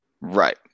Right